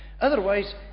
Otherwise